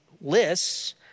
lists